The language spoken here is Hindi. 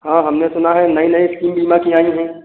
हाँ हमने सुना है नई नई इस्कीम बीमा की आई हैं